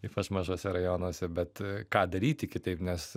ypač mažuose rajonuose bet ką daryti kitaip nes